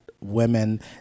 women